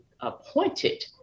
appointed